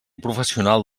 professional